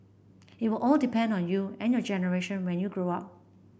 it will all depend on you and your generation when you grow up